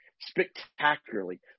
spectacularly